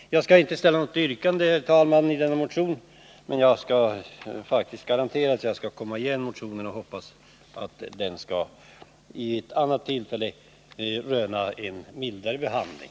Jag skall inte ställa något yrkande, herr talman, med anledning av motionen, men jag konstaterar ännu en gång att jag skall återkomma med en ny motion och hoppas att den skall röna en välvilligare behandling.